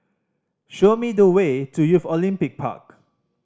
show me the way to Youth Olympic Park